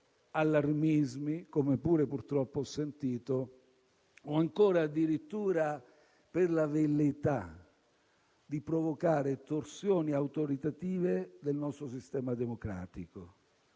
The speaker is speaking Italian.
allarmismi - come pure purtroppo ho sentito - o ancora addirittura per la velleità di provocare torsioni autoritative del nostro sistema democratico.